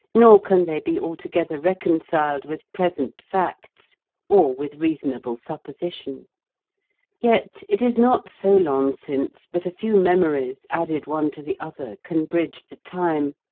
nor can they be altogether reconciled with present facts or with reasonable supposition yet it is not so long since but a few memories, added one to the other, can bridge the time,